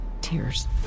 Tears